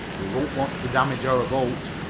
we don't want to damage our boat.